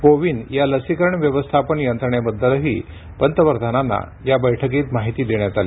को विन या लसीकरण व्यवस्थापन यंत्रणेबद्दलही पंतप्रधानांना या बैठकीत माहिती देण्यात आली